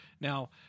Now